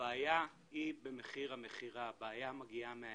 שהבעיה היא במחיר המכירה, שהבעיה מגיעה מההיצף,